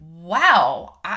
wow